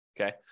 Okay